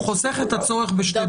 הוא חוסך את הצורך בשתי בדיקות.